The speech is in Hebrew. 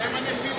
שהם הנפילים.